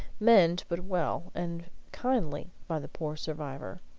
meant but well and kindly by the poor survivor.